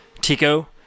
Tico